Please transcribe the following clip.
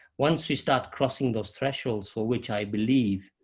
once we start crossing those thresholds for which, i believe,